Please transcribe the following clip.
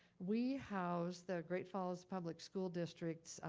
we house the great falls public school district's,